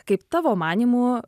kaip tavo manymu